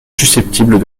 susceptibles